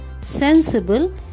sensible